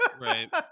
Right